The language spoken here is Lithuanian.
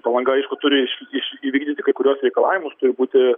palanga aišku turi iš iš įvykdyti kai kuriuos reikalavimus turi būti